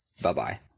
Bye-bye